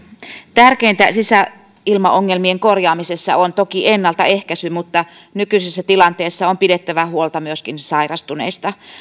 tärkeintä sisäilmaongelmien korjaamisessa on toki ennaltaehkäisy mutta nykyisessä tilanteessa on pidettävä huolta myöskin sairastuneista